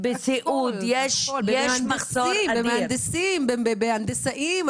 בסיעוד, במהנדסים, בהנדסאים.